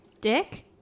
Dick